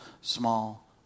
small